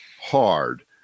hard